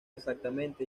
exactamente